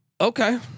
Okay